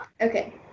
Okay